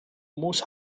muss